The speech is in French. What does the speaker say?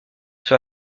sur